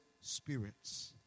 spirits